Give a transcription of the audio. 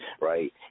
Right